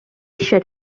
should